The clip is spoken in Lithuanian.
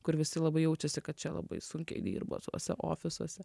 kur visi labai jaučiasi kad čia labai sunkiai dirba tuose ofisuose